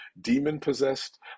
demon-possessed